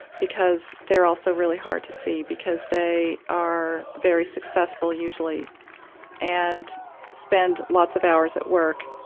because they're also really hard to see because they are very successful usually and spend lots of hours at work,